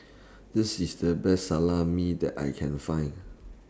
This IS The Best Salami that I Can Find